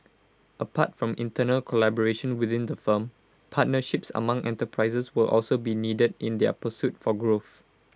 apart from internal collaboration within the firm partnerships among enterprises will also be needed in their pursuit for growth